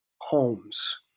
homes